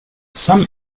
some